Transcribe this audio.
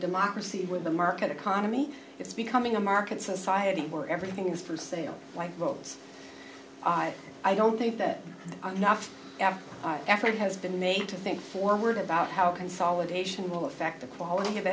democracy with a market economy it's becoming a market society where everything is for sale like rolls i i don't think that not every effort has been made to think forward about how consolidation will affect the quality of